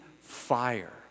fire